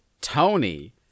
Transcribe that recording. Tony